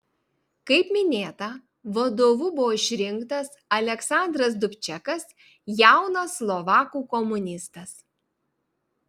kaip minėta vadovu buvo išrinktas aleksandras dubčekas jaunas slovakų komunistas